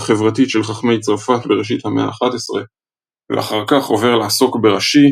והחברתית של חכמי צרפת בראשית המאה ה-11 ואחר כך עובר לעסוק ברש"י,